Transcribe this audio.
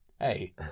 Hey